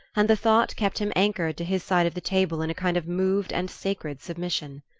and the thought kept him anchored to his side of the table in a kind of moved and sacred submission.